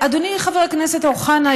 אדוני חבר הכנסת אוחנה,